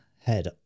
head